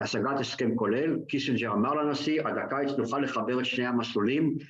השגת הסכם כולל, קיסינג'ר אמר לנשיא, עד הקיץ נוכל לחבר את שני המסלולים